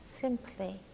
simply